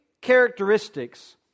characteristics